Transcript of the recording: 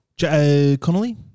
Connolly